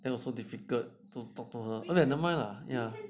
then also difficult to talk to her okay never mind lah